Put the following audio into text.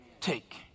take